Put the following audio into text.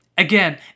Again